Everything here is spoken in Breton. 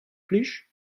plij